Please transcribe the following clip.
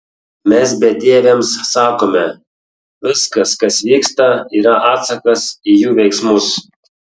mes bedieviams sakome viskas kas vyksta yra atsakas į jų veiksmus